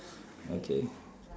okay